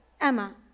Emma